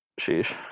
Sheesh